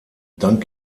dank